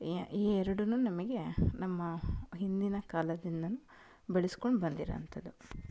ಈ ಈ ಎರಡು ನಮಗೆ ನಮ್ಮ ಹಿಂದಿನ ಕಾಲದಿಂದನೂ ಬೆಳೆಸ್ಕೊಂಡು ಬಂದಿರೋ ಅಂಥದ್ದು